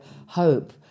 hope